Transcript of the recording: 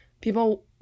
People